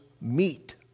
meet